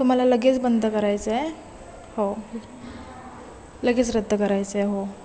तुम्हाला लगेच बंद करायचं आहे हो लगेच रद्द करायचं आहे हो